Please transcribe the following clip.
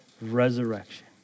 resurrection